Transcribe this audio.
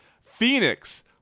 Phoenix